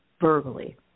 verbally